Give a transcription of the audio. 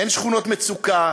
אין שכונות מצוקה,